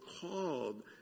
called